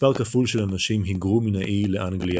מספר כפול של אנשים היגרו מן האי לאנגליה,